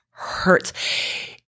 hurts